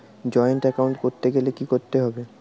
Joint account করতে গেলে কি করতে হবে?